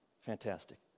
Fantastic